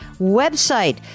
website